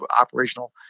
operational